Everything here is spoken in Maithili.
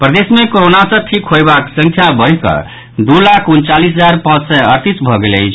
प्रदेश मे कोरोना सँ ठीक होयबाक संख्या बढ़ि कऽ दू लाख उनचालीस हजार पांच सय अड़तीस भऽ गेल अछि